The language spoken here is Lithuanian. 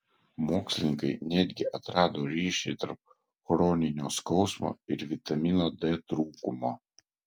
mokslininkai netgi atrado ryšį tarp chroninio skausmo ir vitamino d trūkumo